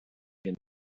can